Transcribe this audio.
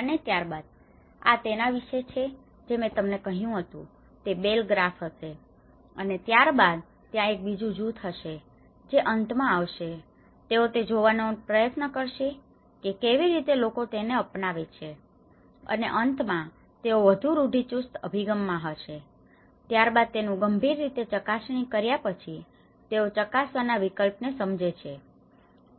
અને ત્યારબાદ આ તેના વિશે છે જે મેં તમને કહ્યું હતું તે બેલ ગ્રાફ હશે અને ત્યારબાદ ત્યાં એક બીજું જૂથ હશે જે અંત માં આવશે તેઓ તે જોવા નનો પ્રયત્ન કરશે કે કેવી રીતે લોકો તેને આપનાવે છે અને અંતમાં તેઓ વધુ રૂઢિચુસ્ત અભિગમમાં હશે અને ત્યારબાદ તેનું ગંભીર રીતે ચકાસણી કર્યા પછી તેઓ ચકાસવાના વિકલ્પ ને સમજે છે